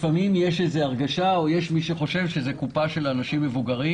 לפעמים יש הרגשה או יש מי שחושב שזה קופה של אנשים מבוגרים.